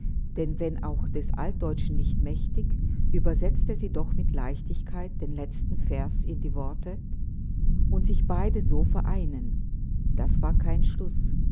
denn wenn auch des altdeutschen nicht mächtig übersetzte sie doch mit leichtigkeit den letzten vers in die worte und sich beide so vereinen das war aber kein schluß